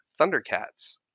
Thundercats